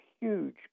huge